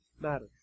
matter